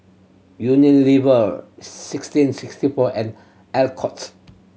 Unilever sixteen sixty four and Alcott's